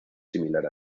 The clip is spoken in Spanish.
similar